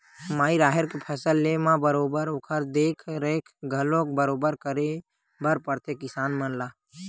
माई राहेर के फसल लेय म बरोबर ओखर देख रेख घलोक बरोबर करे बर परथे किसान मन ला